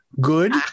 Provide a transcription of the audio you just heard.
Good